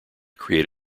create